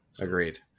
agreed